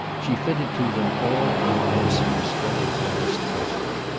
she fitted to them all an answer for strether's last question.